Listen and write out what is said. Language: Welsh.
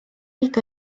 nid